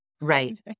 Right